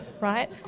right